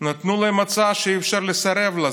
נתנו להם הצעה שאי-אפשר לסרב לה.